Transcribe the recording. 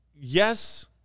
yes